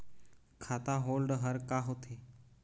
खाता होल्ड हर का होथे?